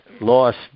lost